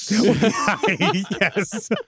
Yes